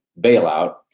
bailout